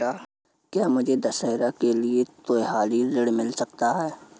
क्या मुझे दशहरा के लिए त्योहारी ऋण मिल सकता है?